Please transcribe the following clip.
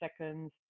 seconds